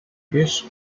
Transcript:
east